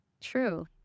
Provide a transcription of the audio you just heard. True